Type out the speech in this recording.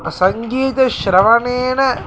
सङ्गीतश्रवणेन